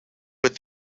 with